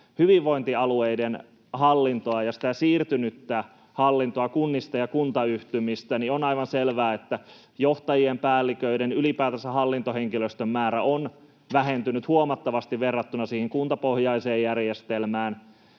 hyvinvointialueiden hallintoa ja sitä siirtynyttä hallintoa kunnista ja kuntayhtymistä, niin on aivan selvää, että johtajien, päälliköiden, ylipäätänsä hallintohenkilöstön määrä on vähentynyt huomattavasti verrattuna siihen kuntapohjaiseen järjestelmään.